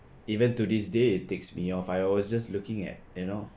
even to this day it ticks me off I was just looking at you know